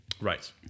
Right